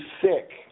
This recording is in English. sick